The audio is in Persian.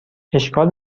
اشکال